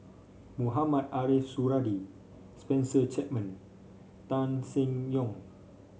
Mohamed Ariff Suradi Spencer Chapman Tan Seng Yong